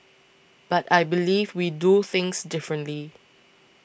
but I believe we do things differently